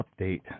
update